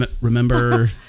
Remember